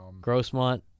Grossmont